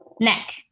Neck